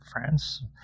France